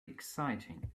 exciting